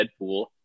Deadpool